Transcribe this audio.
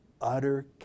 utter